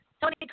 Tony